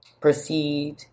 proceed